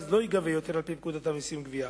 לא ייגבה יותר על-פי פקודת המסים (גבייה).